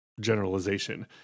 generalization